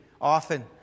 often